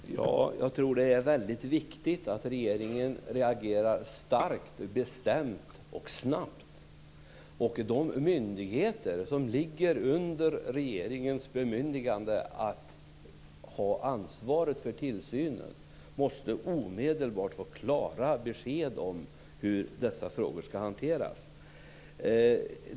Herr talman! Jag tror att det är väldigt viktigt att regeringen reagerar starkt, bestämt och snabbt. De myndigheter som ligger under regeringens bemyndigande att ha ansvaret för tillsynen måste omedelbart få klara besked om hur dessa frågor ska hanteras.